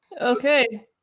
Okay